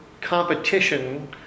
competition